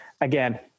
Again